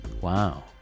Wow